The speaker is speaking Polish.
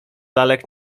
lalek